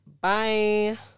Bye